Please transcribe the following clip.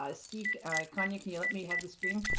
ah steve, can you can you let me have the screen.